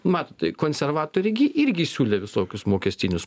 matot konservatoriai gi irgi siūlė visokius mokestinius